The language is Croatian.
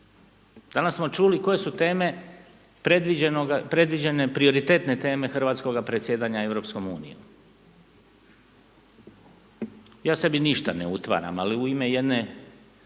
Danas smo čuli koje su teme predviđene, prioritetne teme Hrvatskoga predsjedanja EU. Ja sebi ništa ne utvaram ali u ime jedne